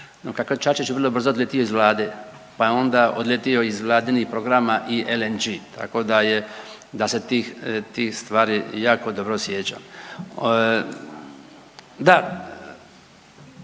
kako je Čačić vrlo brzo odletio iz Vlade, pa je onda odletio iz Vladinih programa i LNG, tako da je, da se tih stvari jako dobro sjećam